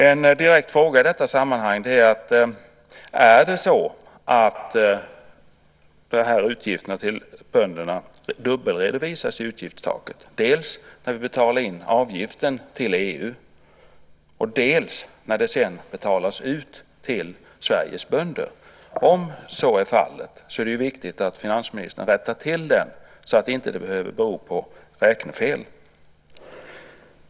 En direkt fråga i sammanhanget är följande: Är det så att utgifterna dubbelredovisas när det gäller bönderna och utgiftstaket dels när avgiften betalas in till EU, dels sedan när utbetalning sker till Sveriges bönder? Om så är fallet är det viktigt att finansministern rättar till detta så att det hela inte behöver bero på räknefel.